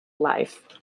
life